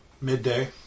midday